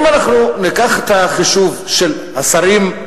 אם אנחנו ניקח את החישוב שהשרים,